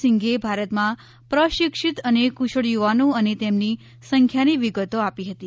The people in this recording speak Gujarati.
સિંઘે ભારતમાં પ્રશિક્ષિત અને કુશળ યુવાનો અને તેમની સંખ્યાની વિગતો આપી હતી